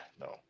no